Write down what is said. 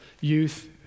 youth